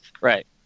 Right